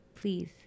please